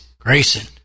Grayson